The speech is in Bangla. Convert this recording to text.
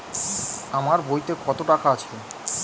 আমার বইতে কত টাকা আছে?